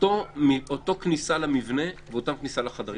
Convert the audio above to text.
אותה כניסה למבנה ואותה כניסה לחדרים.